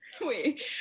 wait